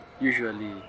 Usually